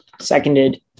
Seconded